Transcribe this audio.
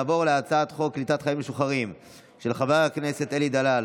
נעבור להצבעה על הצעת חוק קליטת חיילים משוחררים של חבר הכנסת אלי דלל,